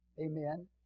Amen